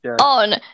on